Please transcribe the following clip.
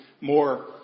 more